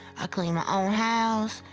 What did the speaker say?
ah clean my own house.